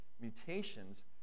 mutations